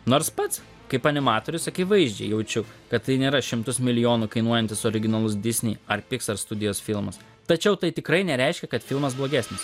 nors pats kaip animatorius akivaizdžiai jaučiu kad tai nėra šimtus milijonų kainuojantis originalaus disney ar pixar studijos filmas tačiau tai tikrai nereiškia kad filmas blogesnis